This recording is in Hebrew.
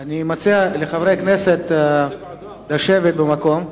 מציע לחברי הכנסת לשבת במקום.